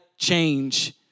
change